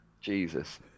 Jesus